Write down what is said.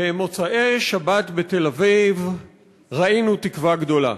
במוצאי שבת בתל-אביב ראינו תקווה גדולה,